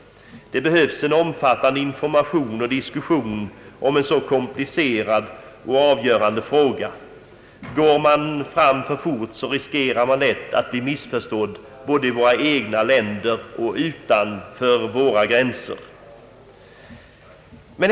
Det behövs en omfattande information och diskussion om en så komplicerad och avgörande fråga. Går man fram för fort, riskerar man lätt att bli missförstådd både i våra egna länder och utanför våra gränser.